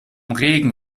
regen